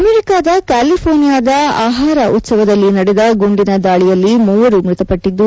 ಅಮೆರಿಕಾದ ಕ್ಯಾಲಿಪೋರ್ನಿಯಾದ ಆಹಾರ ಉತ್ಸವದಲ್ಲಿ ನಡೆದ ಗುಂಡಿನ ದಾಳಿಯಲ್ಲಿ ಮೂವರು ಮೃತಪಟ್ಟಿದ್ದು